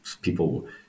people